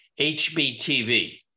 HBTV